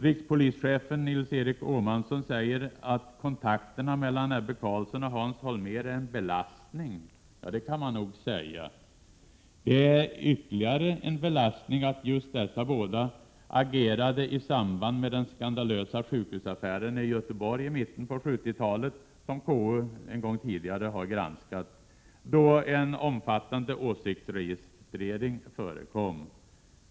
Rikspolischefen Nils Erik Åhmansson säger att kontakterna mellan Ebbe Carlsson och Hans Holmér är en belastning. Ja, det kan man nog säga! Det är ytterligare en belastning att just dessa båda agerade i samband med den skandalösa sjukhusaffären i Göteborg i mitten av 1970-talet, som KU en gång tidigare har granskat, då en omfattande åsiktsregistrering förekom.